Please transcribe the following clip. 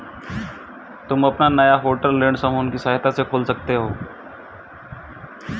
तुम अपना नया होटल ऋण समूहन की सहायता से खोल सकते हो